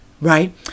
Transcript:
right